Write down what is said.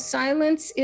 silence